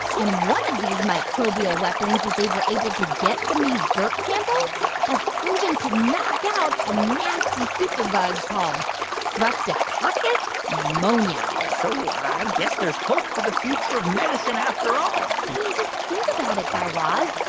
and one of these microbial weapons that they were able to get from these dirt samples has proven to knock out a nasty superbug called streptococcus pneumoniae so i guess there's hope for the future of medicine after all i mean, just think about it, guy raz.